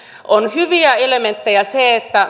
on hyvä elementti se että